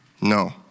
No